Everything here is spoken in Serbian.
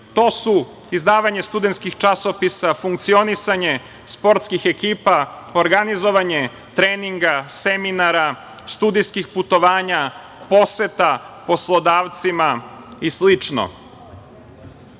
to su: izdavanje studentskih časopisa, funkcionisanje sportskih ekipa, organizovanje treninga, seminara, studijskih putovanja, poseta poslodavcima i